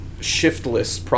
shiftless